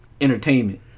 entertainment